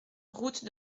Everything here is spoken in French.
route